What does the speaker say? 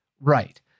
right